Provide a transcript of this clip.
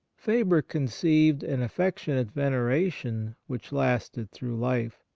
faber conceived an affectionate veneration which lasted through life.